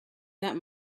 that